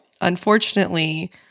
unfortunately